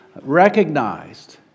recognized